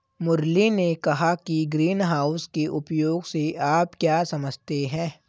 मुरली ने कहा कि ग्रीनहाउस के उपयोग से आप क्या समझते हैं?